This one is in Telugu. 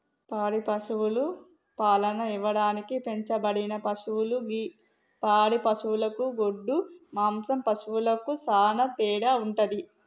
పాడి పశువులు పాలను ఇవ్వడానికి పెంచబడిన పశువులు గి పాడి పశువులకు గొడ్డు మాంసం పశువులకు సానా తేడా వుంటది